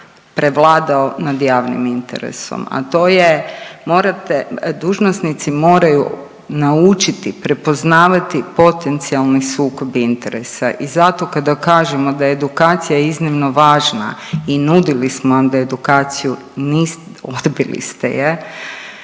prevladao nad javnim interesom, a to je morate, dužnosnici moraju naučiti prepoznavati potencijalni sukob interesa. I zato kada kažemo da je edukacija iznimno važna i nudili smo ona edukaciju, niste, odbili ste je.